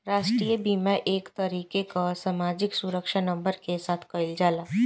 राष्ट्रीय बीमा एक तरीके कअ सामाजिक सुरक्षा नंबर के साथ कइल जाला